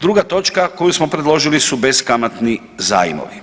Druga točka koju smo predložili su beskamatni zajmovi.